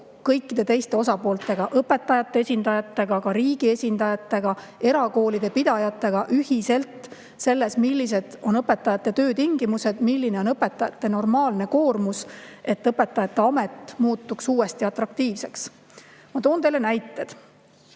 kõikide teiste osapooltega – õpetajate esindajatega, ka riigi esindajatega, erakoolide pidajatega – ühiselt selles, millised on õpetajate töötingimused, milline on õpetajate normaalne koormus, et õpetajaamet muutuks uuesti atraktiivseks. Ma toon teile näited.